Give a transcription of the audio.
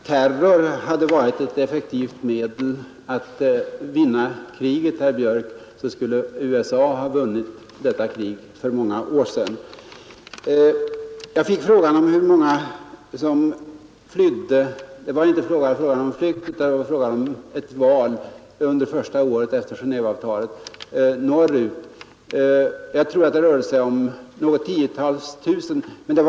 Herr talman! Om terror hade varit ett effektivt medel för att vinna kriget, herr Björck i Nässjö, skulle USA ha vunnit detta krig för många år sedan. Jag fick frågan hur många som flydde norrut under första året efter Genéveavtalet. Nu var det inte fråga om en flykt utan ett val och jag tror det rörde sig om några tiotal tusen personer.